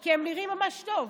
כי הם נראים ממש טוב,